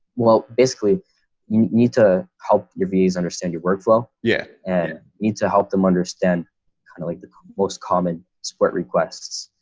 well, basically you know need to help your visa understand your workflow. yeah, and need to help them understand kind of like the most common support requests.